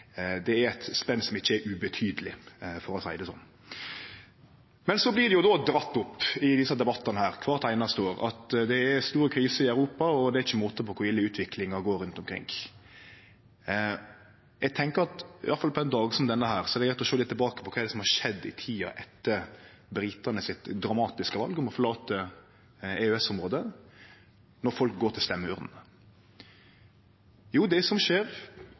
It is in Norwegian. Det er eit spenn som ikkje er ubetydeleg, for å seie det slik. Så blir det jo dratt opp i desse debattane, kvart einaste år, at det er stor krise i Europa, og det er ikkje måte på kor ille utviklinga går rundt omkring. Eg tenkjer at det, i alle fall på ein dag som denne, er greitt å sjå litt tilbake på kva som har skjedd i tida etter det dramatiske valet til britane om å forlate EØS-området, når folk går til stemmeurnene. Jo, det som